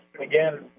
again